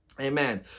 Amen